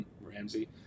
Ramsey